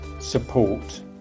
support